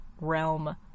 realm